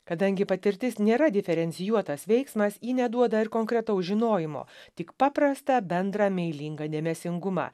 kadangi patirtis nėra diferencijuotas veiksmas ji neduoda ir konkretaus žinojimo tik paprastą bendrą meilingą dėmesingumą